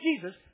Jesus